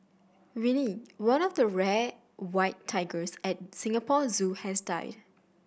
Winnie one of two rare white tigers at Singapore Zoo has died